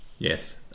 Yes